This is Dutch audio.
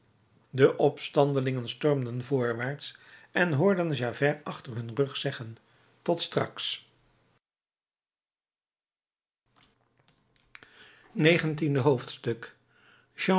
de opstandelingen stormden voorwaarts en hoorden javert achter hun rug zeggen tot straks negentiende hoofdstuk